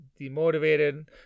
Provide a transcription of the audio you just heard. demotivated